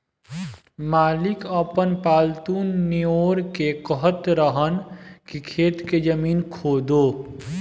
मालिक आपन पालतु नेओर के कहत रहन की खेत के जमीन खोदो